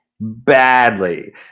Badly